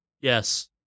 Yes